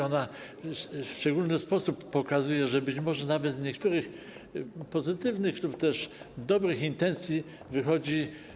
Ona w szczególny sposób pokazuje, że być może nawet z niektórych pozytywnych lub dobrych intencji się wywodzi.